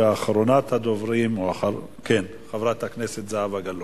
ואחרונת הדוברים, חברת הכנסת זהבה גלאון.